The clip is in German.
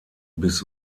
bis